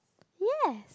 ya